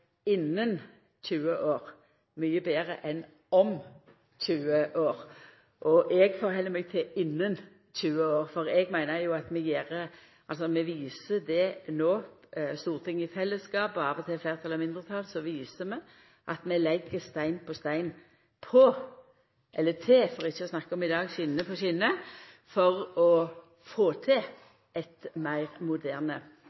innan 20 år mykje betre enn om 20 år. Eg held meg til innan 20 år, for eg meiner at Stortinget i fellesskap – av og til eit fleirtal, av og til eit mindretal – no viser at vi legg stein på stein, for ikkje å snakke om, i dag, skjene på skjene for å få